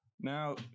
Now